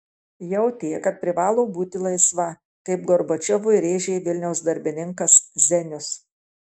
jautė kad privalo būti laisva kaip gorbačiovui rėžė vilniaus darbininkas zenius